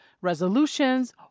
resolutions